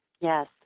Yes